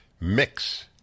mix